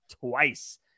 twice